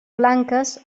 blanques